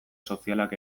sozialak